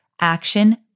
action